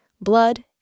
blood